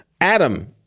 Adam